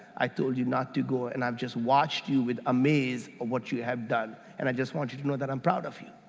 i told you not to go and i've just watched you with amaze of what you have done and i just wanted you to know that i'm proud of you.